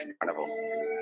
carnival